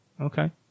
Okay